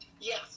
Yes